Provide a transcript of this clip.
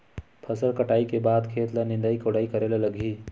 फसल कटाई के बाद खेत ल निंदाई कोडाई करेला लगही?